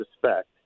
suspect